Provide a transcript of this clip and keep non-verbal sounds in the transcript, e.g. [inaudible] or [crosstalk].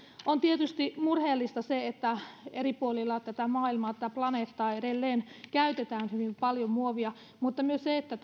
on tietysti se että eri puolilla tätä maailmaa tätä planeettaa edelleen käytetään hyvin paljon muovia mutta myös se että [unintelligible]